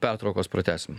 pertraukos pratęsime